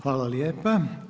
Hvala lijepa.